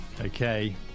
okay